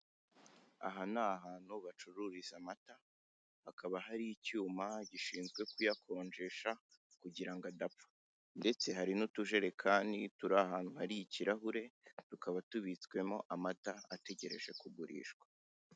Aha ni ahantu bacururiza amata, hakaba hari icyuma gishinzwe kuyakonjesha kugira ngo adapfa ndetse hari n'utujerekani turi ahantu hari ikirahure tukaba tubitswemo amata ategereje kugurishwa.